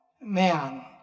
man